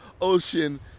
ocean